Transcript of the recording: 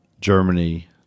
Germany